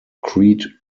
creed